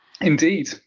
Indeed